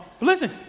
listen